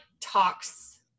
talks